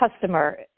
customer